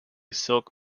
silk